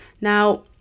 Now